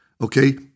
okay